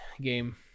game